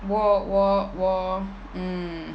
我我我 hmm